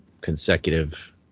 consecutive